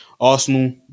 Arsenal